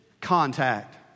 contact